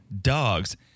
Dogs